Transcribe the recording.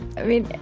i mean,